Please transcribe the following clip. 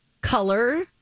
color